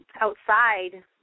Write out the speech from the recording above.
outside